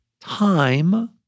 time